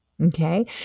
Okay